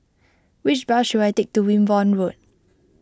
which bus should I take to Wimborne Road